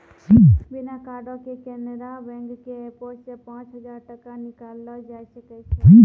बिना कार्डो के केनरा बैंक के एपो से पांच हजार टका निकाललो जाय सकै छै